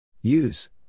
Use